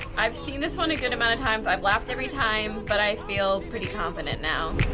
i've seen this one a good amount of times. i've laughed every time, but i feel pretty confident now.